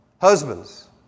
Husbands